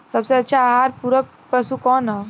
सबसे अच्छा आहार पूरक पशु कौन ह?